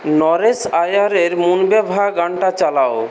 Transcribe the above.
নরেশ আইয়ারের মুনবে ভা গানটা চালাও